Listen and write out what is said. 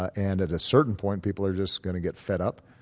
ah and at a certain point people are just going to get fed up.